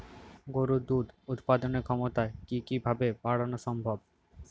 গরুর দুধ উৎপাদনের ক্ষমতা কি কি ভাবে বাড়ানো সম্ভব?